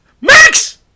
Max